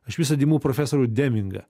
aš visad imu profesorių demingą